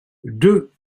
deux